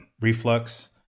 reflux